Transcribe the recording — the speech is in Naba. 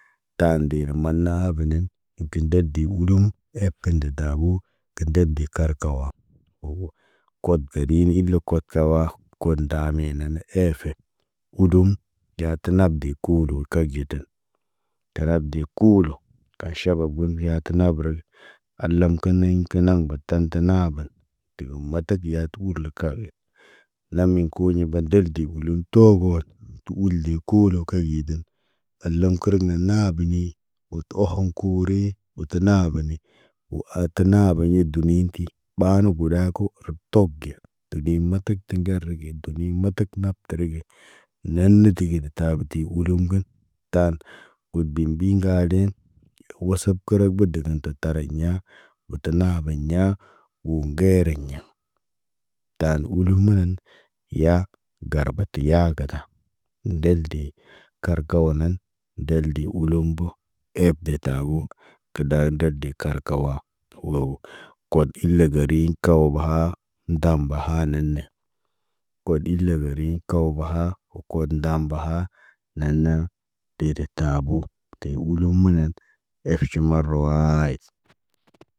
Taan de na mana habənən. Tənda de ɓuliɲ, eb kə nda dabu. Kənda de karkawa, awo. Kot benini ile kot kawa, kot ndame nane efe. Hudum, yatu nab de kolo karɟe ten. Tarab de kuulu, kaʃaba bən ya kə na bərəl. Alam kə niŋg kə naŋg batan tə naba. Təgən matak yatur le kalmə. Lami kuɲi badal digulum toogo, tu urli kuulu karəyedən. Alam kərək nə naa banii, wo to ohom kuuri wo ta beni. Wo ata naa beni dumin ti, ɓaa nə bəraa ko rub tok ge. Tə ɗimatak tə ŋgerni ge dumi matak nab teri ge. Neen nə tigidi tabə ti ulim kən, taan ud bi ŋgaalin. Yo wasab kərək bə budegən ta tariɲa. Wo ta naabiɲaa, wo ŋgere ɲa. Taan ulumunan, ya garbat ya gaga. Ndəl de, kargaw nan, ndel de ulumbu. Eeb de tabu, kə daa ndet de karkawa. Wo, got ile gari, kaw baha, ndam baha naan ne. Kod ile bariɲ kaw baha, wo kod ndam baha neene, Te de taabo, te ulumunen, erji marawaayit.